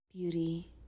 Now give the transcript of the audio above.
Beauty